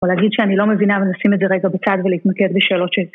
או להגיד שאני לא מבינה ולשים את זה רגע בצד ולהתמקד בשאלות שלי.